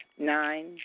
Nine